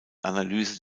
analyse